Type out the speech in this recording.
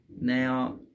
Now